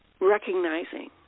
recognizing